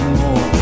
more